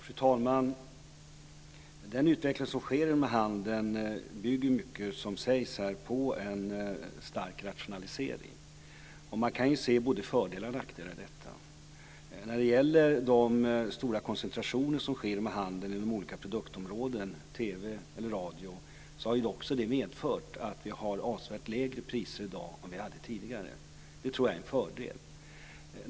Fru talman! Den utveckling som sker inom handeln bygger mycket på en stark rationalisering. Det går att se både fördelar och nackdelar i detta. De stora koncentrationer som sker inom handeln inom olika produktområden som t.ex. TV och radio har medfört att det är avsevärt lägre priser i dag än tidigare. Det är en fördel.